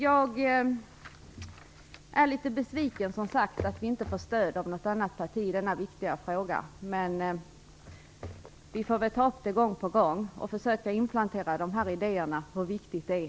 Jag är litet besviken att vi inte får stöd av något annat parti i denna viktiga fråga. Men vi får väl ta upp den gång på gång och försöka att inplantera dessa idéer om hur viktigt det är.